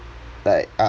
like